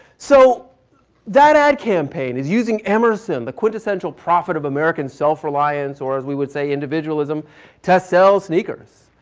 so that ad campaign is using emerson, the quintessential prophet of american self-reliance or as we would say individualism to sell sneakers.